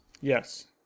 Yes